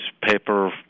paper